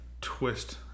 twist